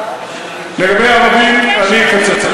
אני אקצר.